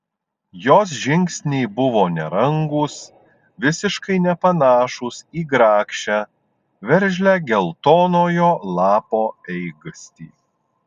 jos žingsniai buvo nerangūs visiškai nepanašūs į grakščią veržlią geltonojo lapo eigastį